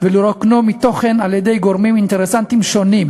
ולרוקנו מתוכן על-ידי גורמים אינטרסנטיים שונים,